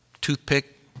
toothpick